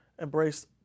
embrace